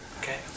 okay